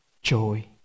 Joy